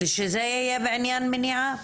ושזה יהיה בעניין מניעה.